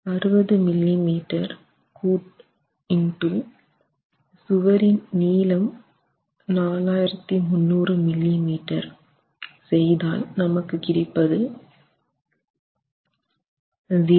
60 millimetre x சுவரின் நீளம் 4300 millimetre செய்தால் நமக்கு கிடைப்பது 0